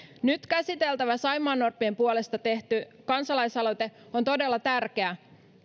nyt käsiteltävä saimaannorppien puolesta tehty kansalaisaloite on todella tärkeä